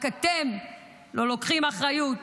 רק אתם לא לוקחים אחריות